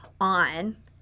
on